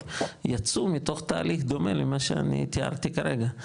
יצאו מתוך תהליך דומה למה שאני תיארתי כרגע.